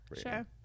sure